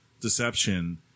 deception